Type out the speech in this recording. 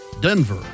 Denver